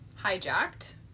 hijacked